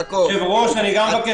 אני לא יודע